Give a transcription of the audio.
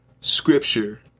Scripture